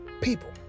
people